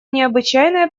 необычайное